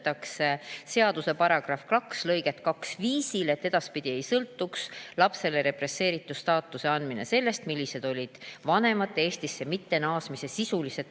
Seaduse § 2 lõiget 2 muudetakse nii, et edaspidi ei sõltuks lapsele represseeritu staatuse andmine sellest, millised olid tema vanemate Eestisse mittenaasmise sisulised